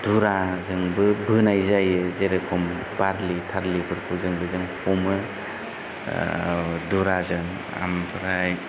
दुराजोंबो बोनाय जायो जेरेखम बारलि थारलिफोरखौ जों बेजोंनो हमो दुराजों आमफ्राय